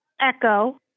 Echo